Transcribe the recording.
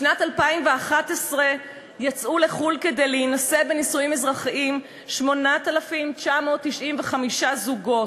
בשנת 2011 יצאו לחו"ל כדי להינשא בנישואים אזרחיים 8,995 זוגות,